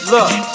Look